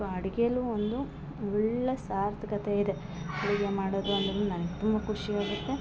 ಕ ಅಡ್ಗೇಲು ಒಂದು ಒಳ್ಳೆಯ ಸಾರ್ಥಕತೆ ಇದೆ ಅಡ್ಗೆ ಮಾಡೋದು ಅಂದರೂನು ನನಗೆ ತುಂಬ ಖುಷಿ ಆಗುತ್ತೆ